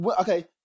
Okay